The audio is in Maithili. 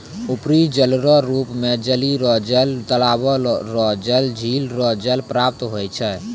उपरी जलरो रुप मे नदी रो जल, तालाबो रो जल, झिल रो जल प्राप्त होय छै